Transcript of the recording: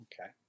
Okay